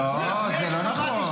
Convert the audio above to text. לא, זה לא נכון.